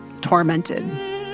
tormented